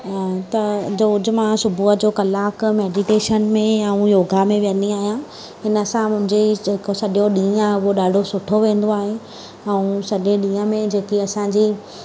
ऐं त रोज़ु मां सुबुह जो कलाकु खन मेडीटेशन में या योगा में विहंदी आहियां हिनसां मुंहिंजे जेको सॼो ॾींहुं आहे उहो ॾाढो सुठो वेंदो आहे ऐं सॼे ॾींहं में जेकी असांजी